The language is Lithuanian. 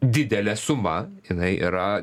didelė suma jinai yra